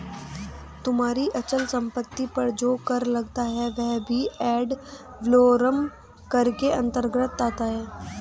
तुम्हारी अचल संपत्ति पर जो कर लगता है वह भी एड वलोरम कर के अंतर्गत आता है